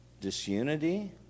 disunity